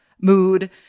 mood